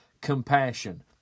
compassion